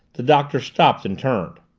the doctor stopped and turned.